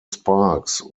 sparks